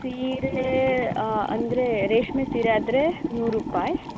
ಸೀರೆ ಅಂದರೆ ರೇಷ್ಮೆ ಸೀರೆ ಆದರೆ ನೂರು ರೂಪಾಯಿ